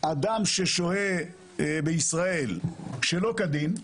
שאדם ששוהה בישראל שלא כדין,